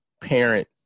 parent